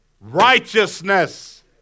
Righteousness